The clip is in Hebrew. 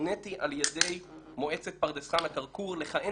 מוניתי על ידי מועצת פרדס חנה-כרכור לכהן